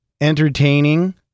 entertaining